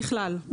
ככלל,